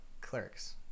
clerks